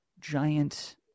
giant